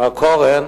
מר קורן,